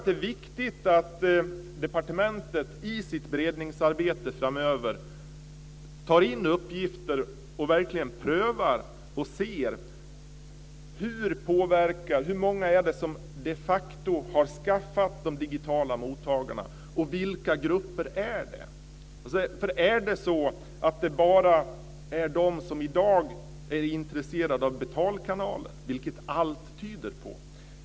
Det är viktigt att departementet i sitt beredningsarbete framöver tar in uppgifter och verkligen prövar hur många, och vilka grupper, det är som de facto har skaffat de digitala mottagarna. Allt tyder på att det är bara fråga om de som i dag är intresserade av betalkanaler.